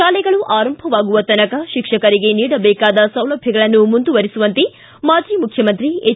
ಶಾಲೆಗಳು ಆರಂಭವಾಗುವತನಕ ಶಿಕ್ಷಕರಿಗೆ ನೀಡಬೇಕಾದ ಸೌಲಭ್ಯಗಳನ್ನು ಮುಂದುವರಿಸುವಂತೆ ಮಾಜಿ ಮುಖ್ಯಮಂತ್ರಿ ಎಚ್